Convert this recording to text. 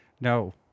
No